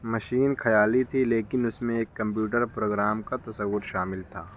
machine خیالی تھی لیکن اس میں ایک کمپیوٹر پروگرام کا تصور شامل تھا